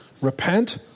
repent